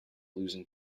losing